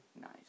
Nice